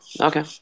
Okay